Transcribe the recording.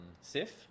Sif